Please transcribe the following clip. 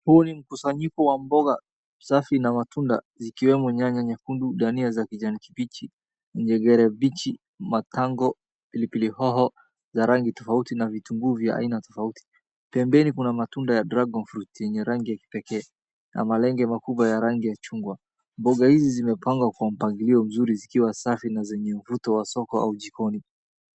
Huu ni mkusanyiko wa mboga safi na matunda zikiwemo nyanya nyekundu, dania za kijani kibichi, jengere bichi, matango, pilipili hoho za rangi tofauti na vitunguu vya aina tofauti. Pembeni kuna matunda ya dragon fruit yenye rangi kipekee na malenge makubwa ya rangi ya chungwa. Mboga hizi zimepangwa kwa mpangilio mzuri zikiwa safi na zenye mvuto wa soko au jikoni.